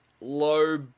low